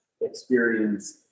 experience